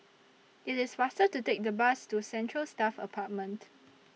IT IS faster to Take The Bus to Central Staff Apartment